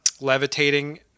levitating